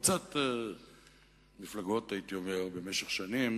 חוצת מפלגות במשך שנים,